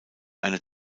eine